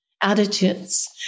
attitudes